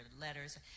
letters